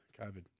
COVID